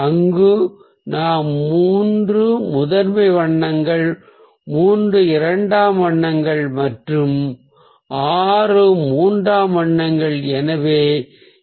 அங்கு நாம் மூன்று முதன்மை வண்ணங்கள் மூன்று இரண்டாம் வண்ணங்கள் மற்றும் 6 மூன்றாம் வண்ணங்களை பெறுகிறோம்